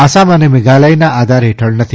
આસામ અને મેધાલયના આધાર હેઠળ નથી